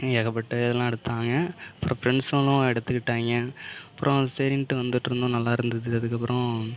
ஏகப்பட்ட இதலாம் எடுத்தாங்க அப்புறம் ஃப்ரெண்ட்ஸுங்களும் எடுத்துக்கிட்டாங்க அப்புறம் சரின்ட்டு வந்துகிட்ருந்தோம் நல்லா இருந்தது அதுக்கப்புறம்